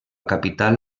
capital